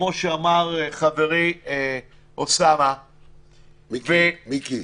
כמו שאמר חברי אוסאמה --- מיקי,